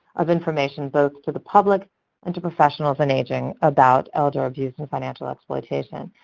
of information both to the public and to professionals in aging about elder abuse and financial exploitation.